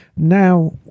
Now